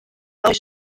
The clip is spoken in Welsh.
oes